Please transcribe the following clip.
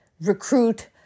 recruit